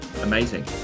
amazing